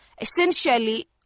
Essentially